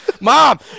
mom